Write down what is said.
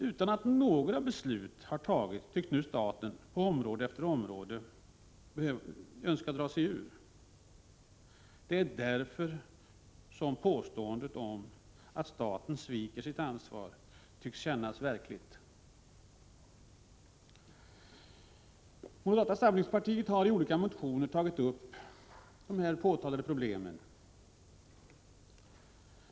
Utan att några beslut har fattats tycks nu staten på område efter område önska dra sig ur. Påståendet att staten sviker sitt ansvar har därför sin grund. Moderata samlingspartiet har i olika motioner tagit upp de påtalade problemen.